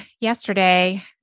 yesterday